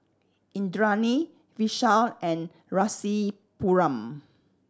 Indranee Vishal and Rasipuram